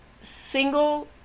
single